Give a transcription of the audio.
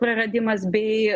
praradimas bei